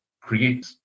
create